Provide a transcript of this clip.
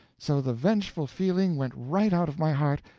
so the vengeful feeling went right out of my heart,